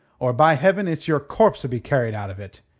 or, by heaven, it's your corpse'll be carried out of it.